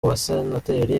basenateri